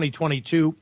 2022